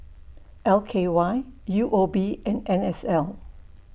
L K Y U O B and N S L